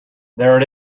there